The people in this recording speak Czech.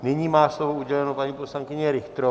Nyní má slovo uděleno paní poslankyně Richterová.